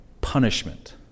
punishment